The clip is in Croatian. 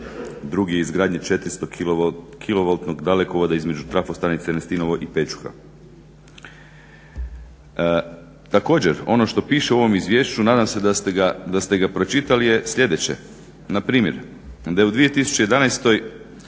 drugi je izgradnja 400 kilovoltnog dalekovoda između trafostanice Ernestinovo i Pečuha. Također ono što piše u ovom izvješću, nadam se da ste ga pročitali, je sljedeće. Npr. da je u 2011.